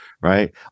right